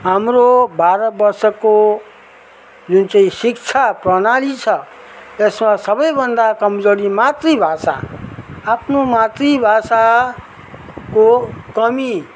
हाम्रो भारतवर्षको जुन चाहिँ शिक्षा प्रणाली छ त्यसमा सबैभन्दा कमजोरी मातृभाषा आफ्नो मातृभाषाको कमी